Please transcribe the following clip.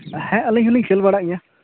ᱦᱮᱸ ᱟᱞᱤᱧ ᱦᱚᱸᱞᱤᱧ ᱠᱷᱮᱞ ᱵᱟᱲᱟᱜ ᱜᱮᱭᱟ